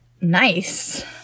Nice